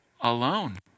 alone